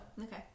Okay